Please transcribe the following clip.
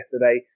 yesterday